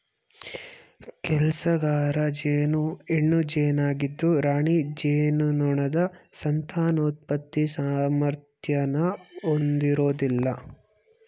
ಕೆಲ್ಸಗಾರ ಜೇನು ಹೆಣ್ಣು ಜೇನಾಗಿದ್ದು ರಾಣಿ ಜೇನುನೊಣದ ಸಂತಾನೋತ್ಪತ್ತಿ ಸಾಮರ್ಥ್ಯನ ಹೊಂದಿರೋದಿಲ್ಲ